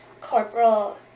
Corporal